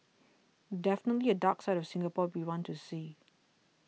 definitely a dark side of Singapore we want to see